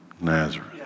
Nazareth